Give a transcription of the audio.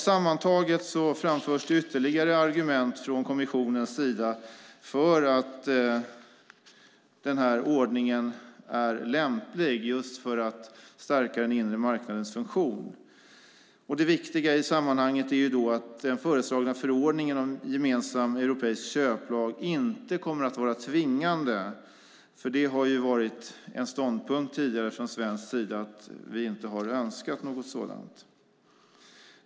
Sammantaget framförs ytterligare argument från kommissionens sida för att denna ordning är lämplig just för att stärka den inre marknadens funktion. Det viktiga i sammanhanget är att den föreslagna förordningen om en gemensam europeisk köplag inte kommer att vara tvingande. Det har nämligen tidigare varit en ståndpunkt från svensk sida. Vi har inte önskat något sådant.